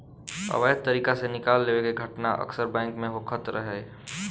अवैध तरीका से निकाल लेवे के घटना अक्सर बैंक में होखत रहे